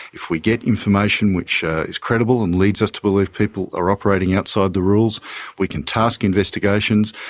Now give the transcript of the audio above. if we get information which is credible and leads us to believe people are operating outside the rules we can task investigations,